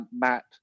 Matt